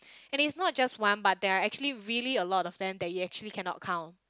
it is not just one but there are actually really a lot of them that you actually cannot count